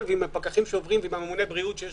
ועם פקחים שעוברים ועם ממונה הבריאות שיש